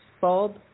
Bob